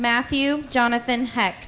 matthew jonathan hec